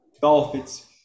Dolphins